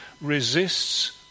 resists